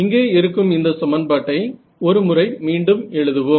இங்கே இருக்கும் இந்த சமன்பாட்டை ஒரு முறை மீண்டும் எழுதுவோம்